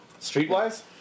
Streetwise